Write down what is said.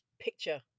picture